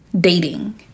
dating